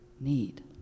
need